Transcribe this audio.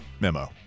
memo